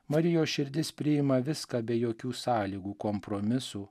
marijos širdis priima viską be jokių sąlygų kompromisų